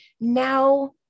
now